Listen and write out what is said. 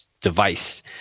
device